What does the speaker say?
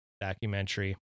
documentary